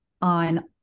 on